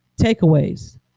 Takeaways